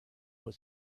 put